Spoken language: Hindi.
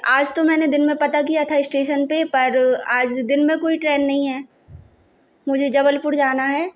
आज तो मैंने दिन में पता किया था इस्टेशन पर पर आज दिन में कोई ट्रेन नहीं है मुझे जबलपुर जाना है